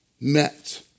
met